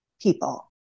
people